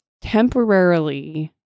temporarily